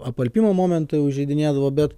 apalpimo momentai užeidinėdavo bet